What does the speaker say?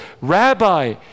Rabbi